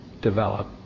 develop